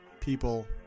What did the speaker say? people